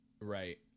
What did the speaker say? right